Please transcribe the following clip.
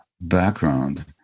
background